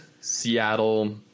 Seattle